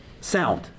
sound